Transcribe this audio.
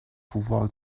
pouvoir